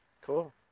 cool